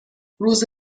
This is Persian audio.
روز